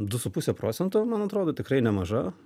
du su puse procento man atrodo tikrai nemaža